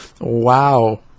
Wow